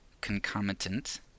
concomitant